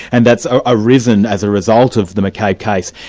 and that's ah arisen as a result of the mccabe case,